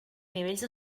nivells